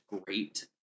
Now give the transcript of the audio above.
great